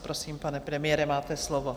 Prosím, pane premiére, máte slovo.